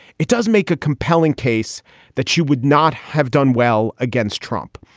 it does make a compelling case that she would not have done well against trump.